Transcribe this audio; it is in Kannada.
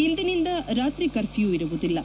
ಇಂದಿನಿಂದ ರಾತ್ರಿ ಕರ್ಫ್ಯೂ ಇರುವುದಿಲ್ಲ